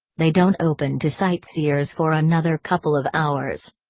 they don't open to sightseers for another couple of hours.